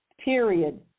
Period